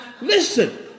Listen